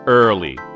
early